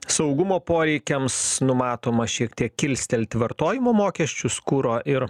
saugumo poreikiams numatoma šiek tiek kilstelti vartojimo mokesčius kuro ir